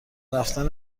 رفتن